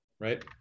Right